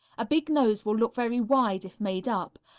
a big nose will look very wide if made up,